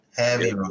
Heavy